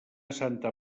santa